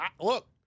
look